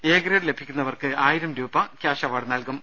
A grade ലഭിക്കുന്നവർക്ക് ആയിരം രൂപ കൃാഷ് അവാർഡ് നൽകും